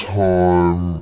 time